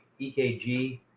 ekg